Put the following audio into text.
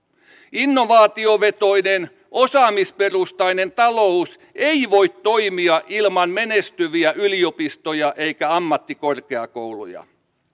innovaatiovetoinen osaamisperustainen talous ei voi toimia ilman menestyviä yliopistoja eikä ammattikorkeakouluja